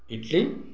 idli